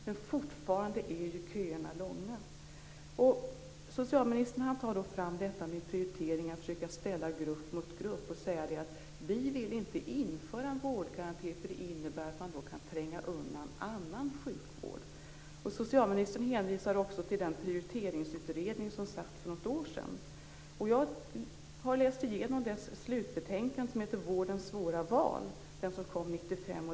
Men fortfarande är köerna långa. Socialministern tar fram frågan om prioriteringar och försöker att ställa grupp mot grupp. Han säger att man inte vill införa en vårdgaranti eftersom det innebär att annan sjukvård kan trängas undan. Socialministern hänvisar till den prioriteringsutredning som gjordes för något år sedan. Jag har läst igenom slutbetänkandet Vårdens svåra val från 1995.